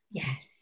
yes